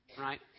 right